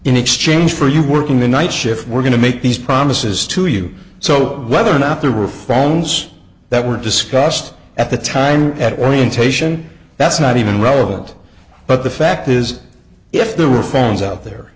in exchange for you working the night shift we're going to make these promises to you so whether or not there were phones that were discussed at the time at orientation that's not even relevant but the fact is if there were fans out there